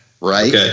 right